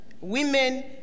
women